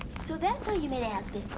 so that's how you met azabeth?